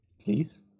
Please